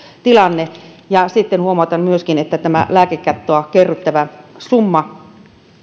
tilanne ja huomautan että tämä lääkekattoa kerryttävä summa